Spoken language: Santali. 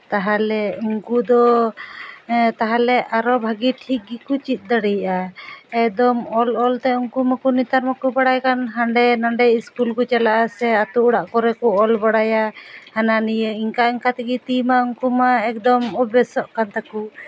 ᱛᱟᱦᱚᱞᱮ ᱩᱱᱠᱩ ᱫᱚ ᱛᱟᱦᱚᱞᱮ ᱟᱨᱚ ᱵᱷᱟᱹᱜᱤ ᱴᱷᱤᱠ ᱜᱮᱠᱚ ᱪᱮᱫ ᱫᱟᱲᱮᱭᱟᱜᱼᱟ ᱮᱠᱫᱚᱢ ᱚᱞ ᱚᱞᱛᱮ ᱩᱱᱠᱩ ᱢᱟᱠᱚ ᱱᱮᱛᱟᱨ ᱢᱟᱠᱚ ᱵᱟᱲᱟᱭ ᱠᱟᱱ ᱦᱟᱸᱰᱮ ᱱᱟᱸᱰᱮ ᱤᱥᱠᱩᱞ ᱠᱚ ᱪᱟᱞᱟᱜᱼᱟ ᱥᱮ ᱟᱹᱛᱩ ᱚᱲᱟᱜ ᱠᱚ ᱚᱞ ᱵᱟᱲᱟᱭᱟ ᱦᱟᱱᱟ ᱱᱤᱭᱟᱹ ᱤᱱᱠᱟ ᱤᱱᱠᱟ ᱛᱮᱜᱮ ᱛᱤ ᱢᱟ ᱩᱱᱠᱩ ᱢᱟ ᱮᱠᱫᱚᱢ ᱚᱵᱵᱷᱮᱥᱚᱜ ᱠᱟᱱ ᱛᱟᱠᱚ